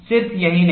सिर्फ यही नहीं